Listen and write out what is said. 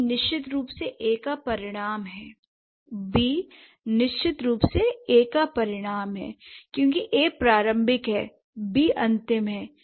B निश्चित रूप से A का परिणाम है क्योंकि A प्रारंभिक है B अंतिम है